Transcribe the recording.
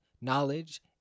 knowledge